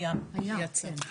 יצא.